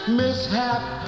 mishap